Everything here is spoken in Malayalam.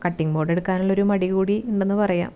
കട്ടിങ് ബോർഡ് എടുക്കാനുള്ള ഒരു മടി കൂടി ഉണ്ടെന്ന് പറയാം